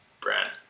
brand